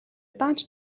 даанч